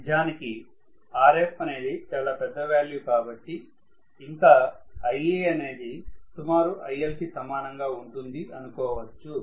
నిజానికి RFఅనేది చాలా పెద్ద వాల్యూ కాబట్టి ఇంకా Iaఅనేది సుమారు IL కి సమానంగా ఉంటుంది అనుకోవచ్చు